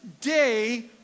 day